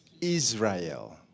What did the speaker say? Israel